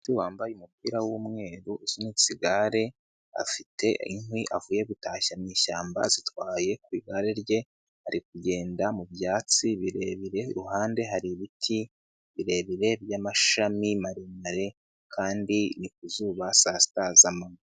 Umusore wambaye umupira w'umweru usunitse igare, afite inkwi avuye gutashya mu ishyamba azitwaye ku igare rye, ari kugenda mu byatsi birebire, iruhande hari ibiti birebire by'amashami maremare kandi ni ku zuba saa sita z'amanywa.